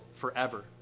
forever